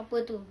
apa tu